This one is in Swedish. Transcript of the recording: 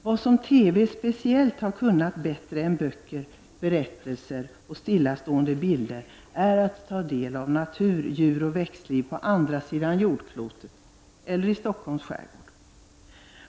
Vad TV har kunnat bättre än böcker, berättelser och stillastående bilder är att låta oss ta del av natur, djuroch växtliv på andra sidan jordklotet och i Stockholms skärgård.